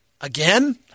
Again